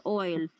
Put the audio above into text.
oil